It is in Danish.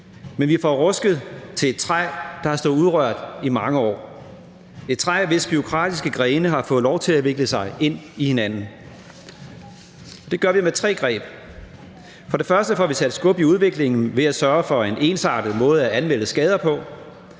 men vi får rusket ved et træ, der har stået urørt i mange år – et træ, hvis bureaukratiske grene har fået lov til at vikle sig ind i hinanden. Det gør vi med tre greb. For det første får vi sat skub i udviklingen ved at sørge for en ensartet måde at anmelde skader på.